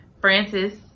Francis